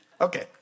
okay